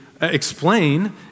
explain